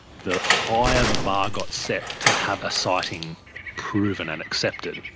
the higher the bar got set to have a sighting proven and accepted.